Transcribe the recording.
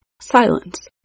silence